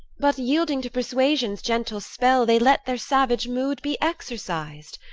but yielding to persuasion's gentle spell they let their savage mood be exorcised.